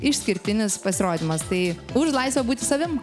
išskirtinis pasirodymas tai už laisvę būti savim